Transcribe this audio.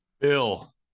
Bill